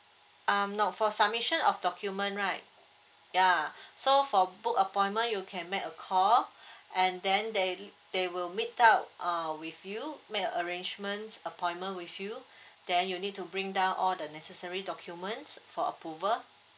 um no for submission of document right yeah so for book appointment you can make a call and then they they will meet up uh with you make a arrangement appointment with you then you need to bring down all the necessary documents for approval